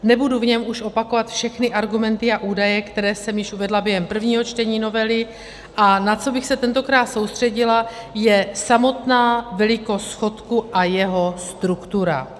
Nebudu v něm už opakovat všechny argumenty a údaje, které jsem již uvedla během prvního čtení novely, a na co bych se tentokrát soustředila, je samotná velikost schodku a jeho struktura.